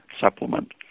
supplement